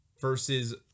versus